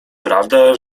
prawda